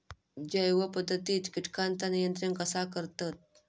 जैव पध्दतीत किटकांचा नियंत्रण कसा करतत?